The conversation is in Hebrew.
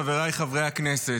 חבריי חברי הכנסת,